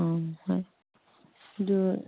ꯎꯝ ꯍꯣꯏ ꯑꯗꯨ